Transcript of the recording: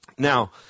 Now